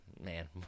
Man